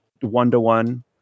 one-to-one